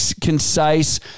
concise